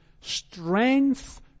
strength-